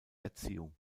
erziehung